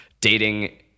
dating